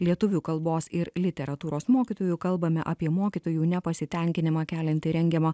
lietuvių kalbos ir literatūros mokytoju kalbame apie mokytojų nepasitenkinimą keliantį rengiamą